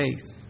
faith